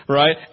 right